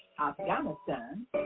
Afghanistan